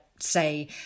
say